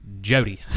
Jody